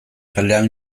kalean